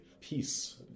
peace